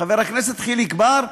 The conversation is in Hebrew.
חבר הכנסת חיליק בר,